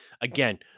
again